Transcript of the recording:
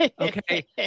Okay